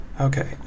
Okay